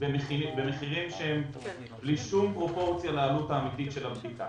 במחירים שהם בלי שום פרופורציה לעלות האמיתית של הבדיקה.